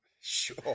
Sure